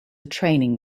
training